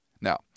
Now